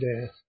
death